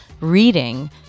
reading